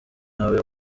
nawe